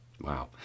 Wow